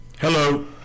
Hello